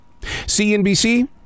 CNBC